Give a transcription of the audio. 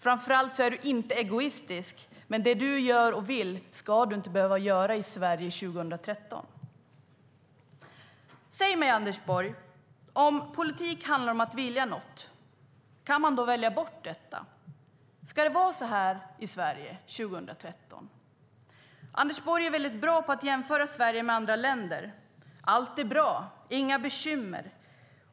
Framför allt är du inte egoistisk, men det du gör och vill göra ska du inte behöva göra i Sverige 2013. Säg mig, Anders Borg, om politik handlar om att vilja något, kan man då välja bort detta? Ska det vara så här i Sverige 2013? Anders Borg är bra på att jämföra Sverige med andra länder. Allt är bra; det är inga bekymmer.